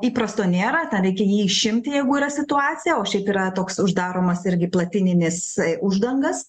įprasto nėra tam reikia jį išimti jeigu yra situacija o šiaip yra toks uždaromas irgi platininis uždangas